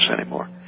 anymore